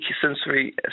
sensory